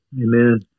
Amen